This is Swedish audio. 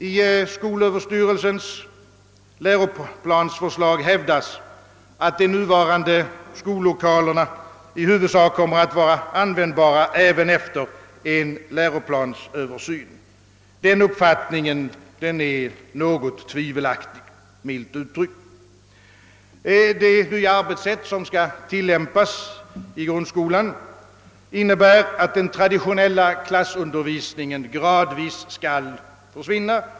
I skolöverstyrelsens läroplansförslag hävdas, att de nuvarande skollokalerna i huvudsak kommer att vara användbara även efter en läroplansöversyn. Den uppfattningen anser jag något tvivelaktig, milt uttryckt. Det nya arbetssätt, som skall tillämpas i grundskolan, innebär att den traditionella klassundervisningen gradvis skall försvinna.